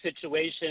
situation